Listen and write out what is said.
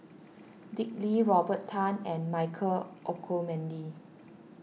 Dick Lee Robert Tan and Michael Olcomendy